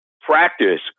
Practice